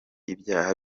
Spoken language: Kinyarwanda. ibyaha